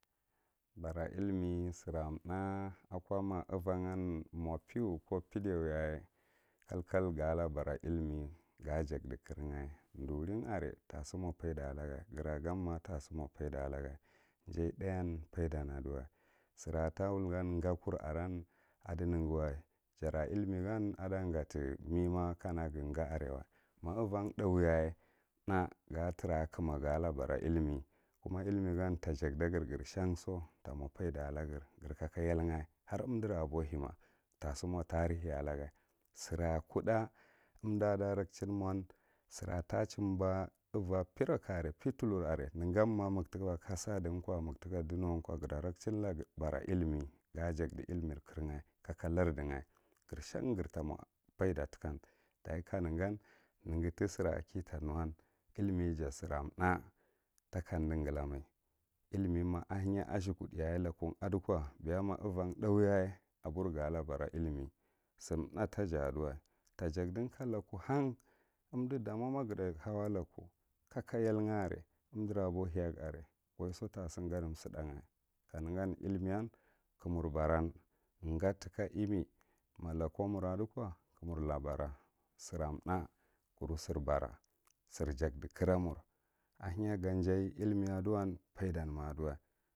Bar’a illimi sira tháh a ko ma uvan ga mo pew ko pediow yaye kalkal gara bara illimi ga daladi kiraga, durin are tashimo faida laga, gara gan tashimo faida laga, jaye tháh faida duwa, sira ta wul gan gakur aran adinuguwa, jara illimi gan adika gati me ma kana gan jarewa má uvwan thuyyaya tháuh ga tra a kumma gala’ bara illimi, kuma illimi gan ta jakdagre shan so ta mo faida alaggre ipre kaka yadja har umdura abolie ma tasi mo tarihe a laga sira utháh umda rachin mo ta chiba uva perale arc petrulur are negan ma maga tika kasadiya ko ma ga tika dunuwan ko ga tarakehin ra bara illimi ga jakdi illimi kraga kaka ladiya gre shan gira ta mo faida tikan, dachi kanegani neghi tisira kitanu illimi jasira tháh ta kamdi glamai illimi ma ahenya ashekud yaye lalkun adiko ma a van tháh yaye rebur ga labara illimi si tháh ta ja aduwa ta jakdin ta loko han umdu ta mo ma gat ahau ako loku kaka yalga are umdira aboheyaga are waiso tasi gadi sudham kanegan illimi ka mur bani, ga tika ime loko mur adiko kamurra bara, sira tháh ruru sira bara sir jakdi kra mur ahemya ja jay illimi aduwan faidan aduwa.